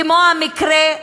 כמו המקרה,